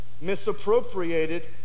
misappropriated